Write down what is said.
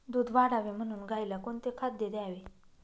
दूध वाढावे म्हणून गाईला कोणते खाद्य द्यावे?